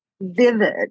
vivid